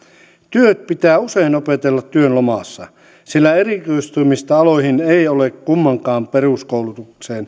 työt pitää usein opetella työn lomassa sillä erikoistumista aloihin ei ole kummankaan peruskoulutukseen kuulunut